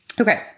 Okay